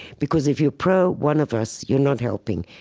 because if you're pro one of us, you're not helping.